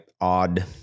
odd